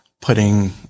putting